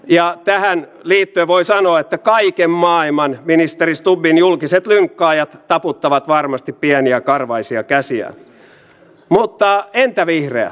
varmaan kaikki olemme samaa mieltä että tämän tärkeämpää asiaa kuin sisäinen turvallisuus tällä hetkellä tässä maassa ja tässä salissa ei ole